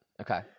okay